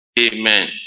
Amen